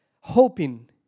hoping